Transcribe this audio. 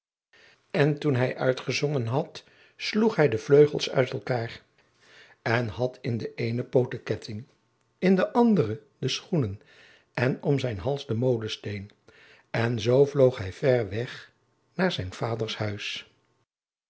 en toen hij uitgezongen had sloeg hij de vleugels uit elkaâr en hij had in de eene poot den ketting en in de andere de schoenen en om zijn hals den molensteen en zoo vloog hij ver weg naar zijn vader's huis